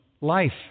life